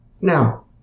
Now